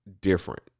different